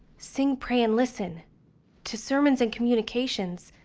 sing, pray, and listen to sermons and communications,